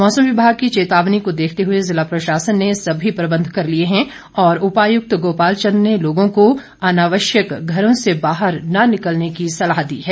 मौसम विभाग की चेतावनी को देखते हुए जिला प्रशासन ने सभी प्रबंध कर लिए हैं और उपायुक्त गोपाल चंद ने लोगों को अनावश्यक घरों से बाहर न निकलने की सलाह दी है